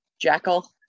Jackal